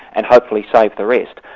and hopefully save the rest.